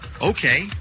Okay